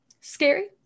scary